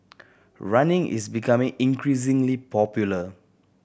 running is becoming increasingly popular